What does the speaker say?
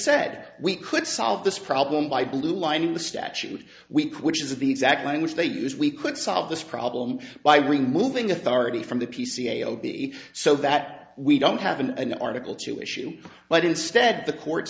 that we could solve this problem by blueline the statute week which is the exact language they use we could solve this problem by removing authority from the p c a l b so that we don't have an article two issue but instead the court